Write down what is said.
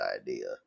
idea